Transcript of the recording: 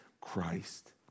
Christ